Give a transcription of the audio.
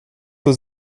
aux